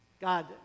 God